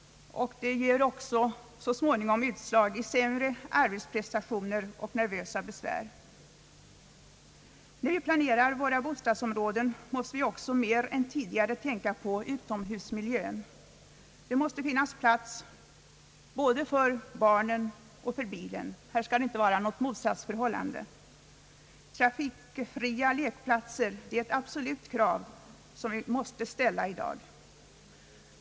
Det ger så småningom utslag i form av sämre arbetsprestationer och nervösa besvär. När vi planerar våra bostadsområden, måste vi också mer än tidigare tänka på utomhusmiljön. Det måste finnas plats både för barnen och för bilen. Här skall det inte vara något motsatsförhållande. Trafikfria lekplatser är ett absolut krav som vi måste ställa i dag.